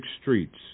streets